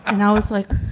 ah now it's like